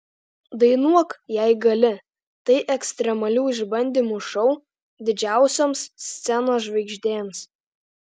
dainuok jei gali tai ekstremalių išbandymų šou didžiausioms scenos žvaigždėms